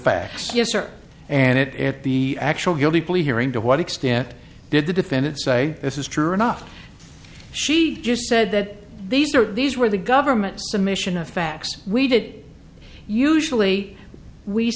facts and it at the actual guilty plea hearing to what extent did the defendant say this is true enough she just said that these are these were the government submission of facts we did usually we